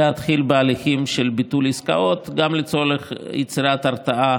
להתחיל בהליכים של ביטול עסקאות גם לצורך יצירת הרתעה